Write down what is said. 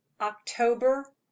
october